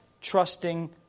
trusting